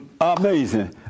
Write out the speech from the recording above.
Amazing